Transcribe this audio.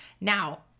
Now